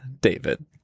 David